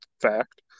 Fact